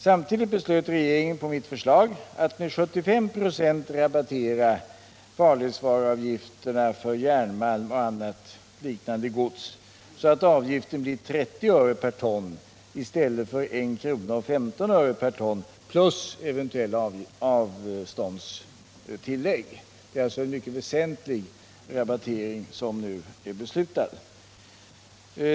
Samtidigt beslöt regeringen på mitt förslag att med 75 96 rabattera farledsvaruavgifterna för järnmalm och annat liknande gods, så att avgiften blir 30 öre per ton i stället för 1 kr. 15 öre per ton, plus eventuella avståndstillägg. Det är alltså en mycket väsentlig rabattering som nu är beslutad.